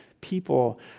people